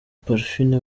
parfine